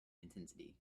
intensity